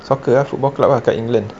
soccer ah football club ah dekat england